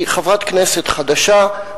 היא חברת כנסת חדשה,